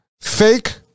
fake